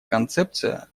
концепция